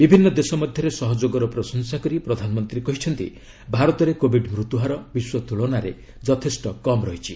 ବିଭିନ୍ନ ଦେଶ ମଧ୍ୟରେ ସହଯୋଗର ପ୍ରଶଂସା କରି ପ୍ରଧାନମନ୍ତ୍ରୀ କହିଛନ୍ତି ଭାରତରେ କୋବିଡ୍ ମୃତ୍ୟୁ ହାର ବିଶ୍ୱ ତୁଳନାରେ ଯଥେଷ୍ଟ କମ୍ ରହିଛି